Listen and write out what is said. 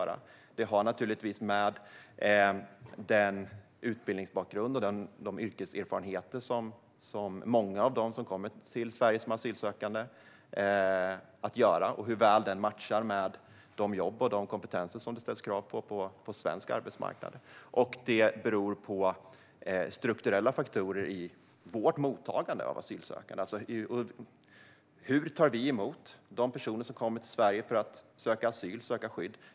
Det har naturligtvis att göra med utbildningsbakgrunden och yrkeserfarenheten hos många av dem som kommer till Sverige som asylsökande och hur väl dessa förhållanden matchar med de jobb som finns och den kompetens som krävs på svensk arbetsmarknad. Det beror också på strukturella faktorer i vårt mottagande av asylsökande. Hur tar vi emot de personer som kommer till Sverige för att söka asyl och söka skydd?